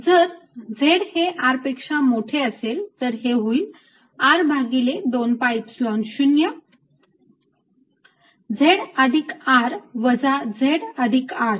जर z हे R पेक्षा मोठे असेल तर हे होईल R भागिले 2 Epsilon 0 z अधिक R वजा z अधिक R